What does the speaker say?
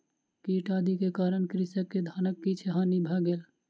कीट आदि के कारण कृषक के धानक किछ हानि भ गेल